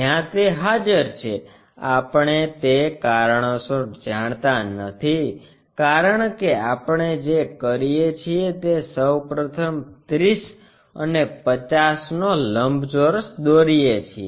જ્યાં તે હાજર છે આપણે તે કારણોસર જાણતા નથી કારણ કે આપણે જે કરીએ છીએ તે સૌ પ્રથમ 30 અને 50 નો લંબચોરસ દોરીએ છીએ